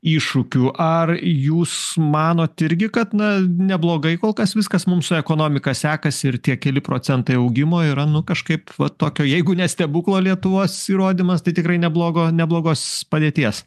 iššūkių ar jūs manote irgi kad na neblogai kol kas viskas mums su ekonomika sekasi ir tie keli procentai augimo yra nu kažkaip va tokio jeigu nestebūklo lietuvos įrodymas tai tikrai neblogo neblogos padėties